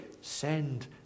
Send